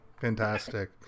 Fantastic